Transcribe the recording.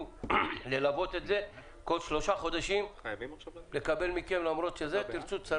ללוות את זה כך שכל שלושה חודשים נקבל מכם דיווח.